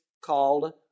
called